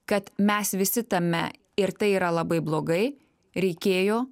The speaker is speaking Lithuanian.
kad mes visi tame ir tai yra labai blogai reikėjo